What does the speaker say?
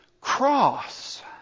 cross